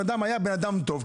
הבן אדם היה בן אדם טוב,